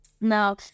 Now